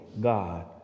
God